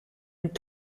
und